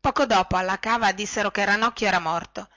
poco dopo alla cava dissero che ranocchio era morto